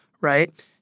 right